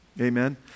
Amen